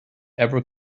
ever